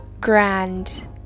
grand